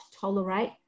tolerate